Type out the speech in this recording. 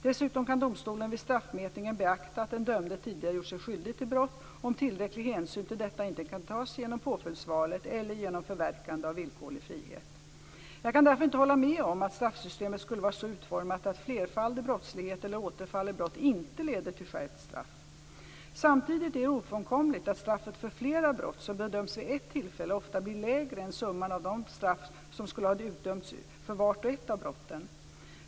Dessutom kan domstolen vid straffmätningen beakta att den dömde tidigare gjort sig skyldig till brott, om tillräcklig hänsyn till detta inte kan tas genom påföljdsvalet eller genom förverkande av villkorlig frihet. Jag kan därför inte hålla med om att straffsystemet skulle vara så utformat att flerfaldig brottslighet eller återfall i brott inte leder till skärpt straff. Samtidigt är det ofrånkomligt att straffet för flera brott som bedöms vid ett tillfälle ofta blir lägre än summan av de straff som skulle ha dömts ut för vart och ett av brotten.